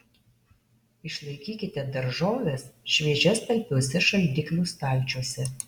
išlaikykite daržoves šviežias talpiuose šaldiklių stalčiuose